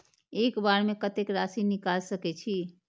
एक बार में कतेक राशि निकाल सकेछी?